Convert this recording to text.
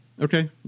Okay